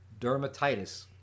dermatitis